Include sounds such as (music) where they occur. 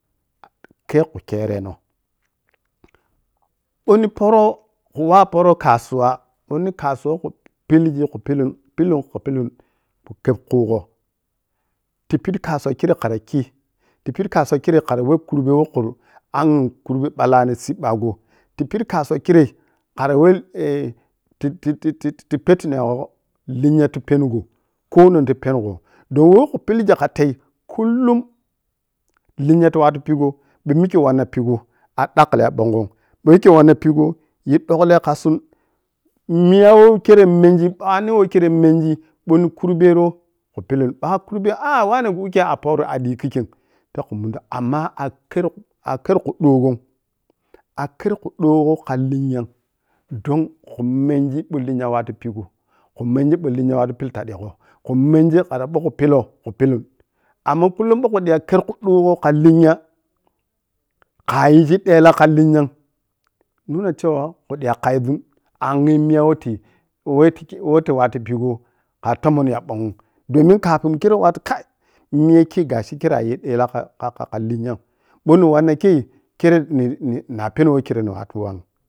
Kei khu kererro ɓou ni poro khu wawo poro kasuwa ko ni kasuwa woh khe pilgi khu pilun-khu pilun khu kheb khugb tipidi kasuwa kirei khara khii, tipidi kasuwa kirrei khara weh kurbe woh khara anyi kurbe balla ni siɓɓagho ti pidi kasuwa kerrei khara weh (hesitation) ti-ti-ti-ti-ti tah pitinegho lenya ta penya ta pengho konong ta pengho don who khu pilghi kha tei kullum lenya tu watu khugho din mikke wanna pigho a'ƌakkli ya ɓong gho’m bou mikke wanna pigho yi dukkie kha tsun miya who menji pano who kerrei menji ɓou nin kurbero khu pillen ba’a kurbe (hesitation) wane wikke a fori wikkei a’dii yi kikkei sadi khun munzun amma kha-kha khe kudogho’m a’kher kudoghoo kha lenya’m don khu mengi bou leng wattu pigho, khu menji ɓou lenya wattu pili tadigho kha menji ɓou khu pilla khu pillun amma mah kullum kha dig kheri kuƌogho kha lenga khajiji nek kha lenya’m nunoh cewa khe ƌiya khe zun angyi miya woh ti weh ti weha watu pigho kha tomon ya ɓongzun domin kafin kerrei wattu kaii miya kei gashi kerrei aryiji dela kha-kha-khe linya’m ɓou ni wanna kei kerrei nim nir-na peni woh korre nira wattu yu wanim.